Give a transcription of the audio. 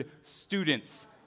students